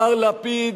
מר לפיד,